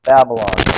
Babylon